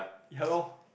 ya lor